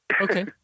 Okay